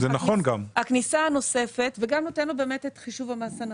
והיא גם נותנת לו את חישוב המס הנכון.